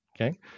okay